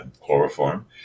chloroform